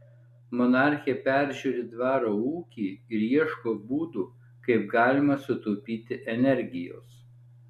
monarchė peržiūri dvaro ūkį ir ieško būdų kaip galima sutaupyti energijos